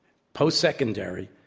post-secondary,